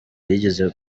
yageze